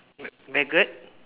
ma~ maggot